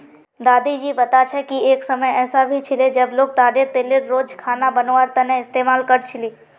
दादी जी बता छे कि एक समय ऐसा भी छिले जब लोग ताडेर तेलेर रोज खाना बनवार तने इस्तमाल कर छीले